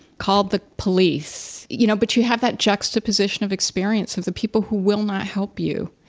called the police, you know, but you have that juxtaposition of experience of the people who will not help you.